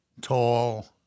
tall